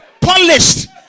polished